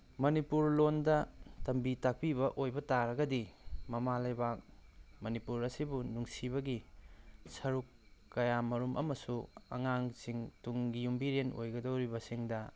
ꯃꯅꯤꯄꯨꯔ ꯂꯣꯟꯗ ꯇꯝꯕꯤ ꯇꯥꯛꯄꯤꯕ ꯑꯣꯏꯕ ꯇꯔꯒꯗꯤ ꯃꯃꯥ ꯂꯩꯕꯥꯛ ꯃꯅꯤꯄꯨꯔ ꯑꯁꯤꯕꯨ ꯅꯨꯡꯁꯤꯕꯒꯤ ꯀꯌꯥꯃꯔꯨꯝ ꯑꯃꯁꯨ ꯑꯉꯥꯡꯁꯤꯡ ꯇꯨꯡꯒꯤ ꯌꯨꯝꯕꯤꯔꯦꯟ ꯑꯣꯏꯍꯧꯒꯗꯕꯁꯤꯡꯗ